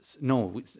No